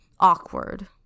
awkward